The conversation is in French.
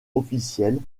officielles